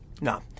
No